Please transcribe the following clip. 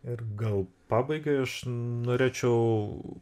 ir gal pabaigai aš norėčiau